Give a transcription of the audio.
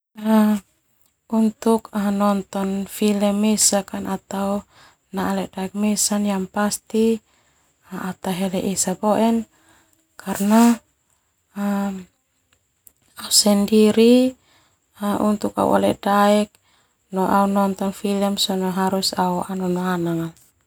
Untuk nonton film mesak yang pasti au tahele esak boe karna au sendiri au ledodaek sona harus au no au nonoana.